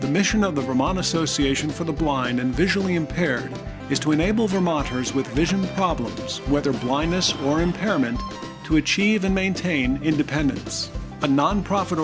the mission of the vermont association for the blind and visually impaired is to enable vermonters with vision problems whether blindness or impairment to achieve and maintain independence a nonprofit